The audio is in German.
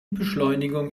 beschleunigung